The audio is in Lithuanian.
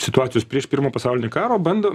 situacijos prieš pirmą pasaulinį karą bando